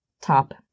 top